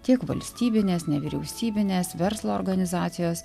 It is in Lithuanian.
tiek valstybinės nevyriausybinės verslo organizacijos